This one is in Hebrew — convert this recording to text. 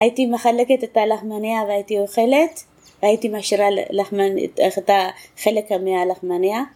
הייתי מחלקת את הלחמניה והייתי אוכלת. הייתי משאירה חלק מהלחמניה